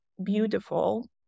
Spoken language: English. beautiful